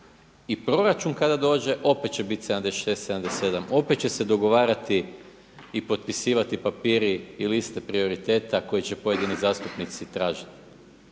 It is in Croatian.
I proračun kada dođe opet će biti 76, 77. Opet će se dogovarati i potpisivati papiri i liste prioriteta koji će pojedini zastupnici tražiti.